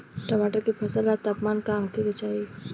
टमाटर के फसल ला तापमान का होखे के चाही?